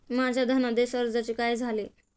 माझ्या धनादेश अर्जाचे काय झाले?